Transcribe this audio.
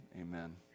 amen